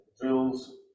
drills